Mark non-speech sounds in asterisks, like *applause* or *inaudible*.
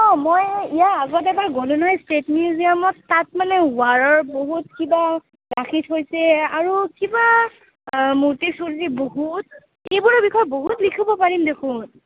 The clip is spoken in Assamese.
অঁ মই ইয়াৰ আগত এবাৰ *unintelligible* ষ্টেট মিউজিয়ামত তাত মানে ৱাৰৰ বহুত কিবা ৰাখি থৈছে আৰু কিবা মূৰ্তি চূৰ্তি বহুত এইবোৰৰ বিষয়ে বহুত লিখিব পাৰিম দেখোন